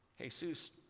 Jesus